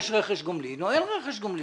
יש רכש גומלין או אין רכש גומלים.